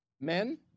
Men